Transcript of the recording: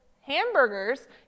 hamburgers